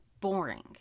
boring